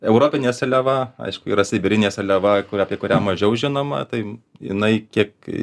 europinė seliava aišku yra sibirinė seliava kuri apie kurią mažiau žinoma tai jinai kiek